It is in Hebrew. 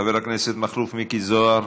חבר הכנסת מכלוף מיקי זוהר,